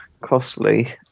costly